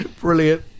Brilliant